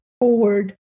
forward